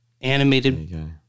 animated